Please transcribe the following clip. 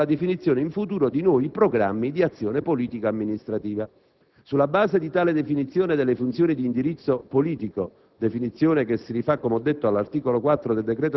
che possono poi essere utilizzati come modello per la definizione in futuro di nuovi programmi di azione politico-amministrativa. Sulla base di tale definizione delle funzioni di indirizzo politico